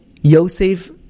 Yosef